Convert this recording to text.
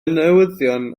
newyddion